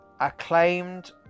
acclaimed